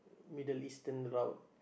Middle Eastern route